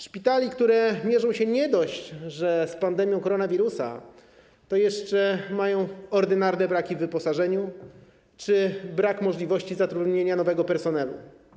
Szpitali, które mierzą się nie dość, że z pandemią koronawirusa, to jeszcze mają ordynarne braki w wyposażeniu, brakuje także możliwości zatrudnienia nowego personelu.